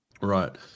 Right